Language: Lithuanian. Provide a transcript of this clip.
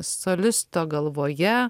solisto galvoje